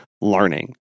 learning